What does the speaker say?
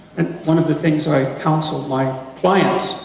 and one of the things i counsel my clients,